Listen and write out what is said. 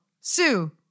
Sue